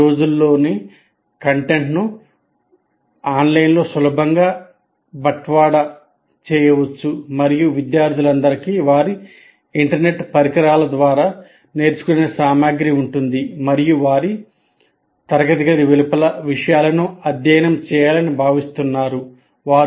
ఈ రోజుల్లోని కంటెంట్ను ఆన్లైన్లో సులభంగా బట్వాడా చేయవచ్చు మరియు విద్యార్థులందరికీ వారి ఇంటర్నెట్ పరికరాల ద్వారా నేర్చుకునే సామగ్రి ఉంటుంది మరియు వారు తరగతి గది వెలుపల విషయాలను అధ్యయనం చేయాలని భావిస్తున్నారు